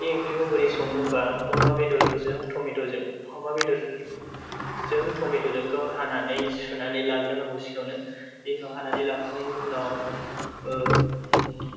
बे ओंख्रिखौ बोरै सङो होनोब्ला अमा बेदरजों टमेट जों अमा बेदरजों टमेट जोंखौ हानानै सुनानै लाग्रोनांगौ सिगाङावनो बिनि उनाव हानानै लाखांनायनि उनाव